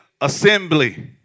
Assembly